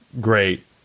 great